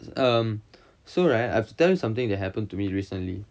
um so right I've to tell you something that happened to me recently